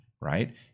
right